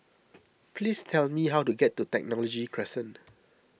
please tell me how to get to Technology Crescent